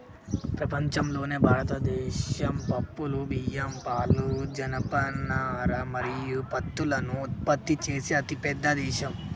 ప్రపంచంలోనే భారతదేశం పప్పులు, బియ్యం, పాలు, జనపనార మరియు పత్తులను ఉత్పత్తి చేసే అతిపెద్ద దేశం